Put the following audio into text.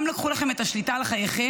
גם לקחו לכם את השליטה על חייכם,